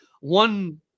one